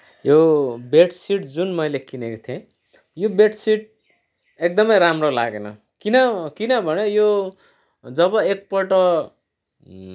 यो बेडसिट जुन मैले किनेको थिएँ यो बेडसिट एकदमै राम्रो लागेन किन किनभने यो जब एकपल्ट